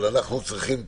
אבל אנחנו צריכים תוכנית,